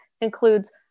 includes